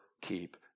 keep